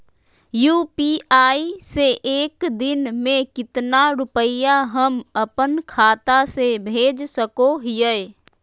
UPI से एक दिन में कितना रुपैया हम अपन खाता से भेज सको हियय?